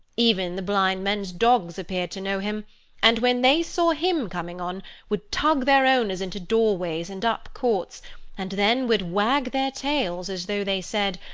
even the blind men's dogs appeared to know him and when they saw him coming on, would tug their owners into doorways and up courts and then would wag their tails as though they said,